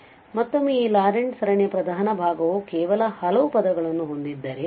ಆದ್ದರಿಂದ ಮತ್ತೊಮ್ಮೆ ಈ ಲಾರೆಂಟ್ ಸರಣಿಯ ಪ್ರಧಾನ ಭಾಗವು ಕೇವಲ ಹಲವು ಪದಗಳನ್ನು ಹೊಂದಿದ್ದರೆ